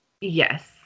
Yes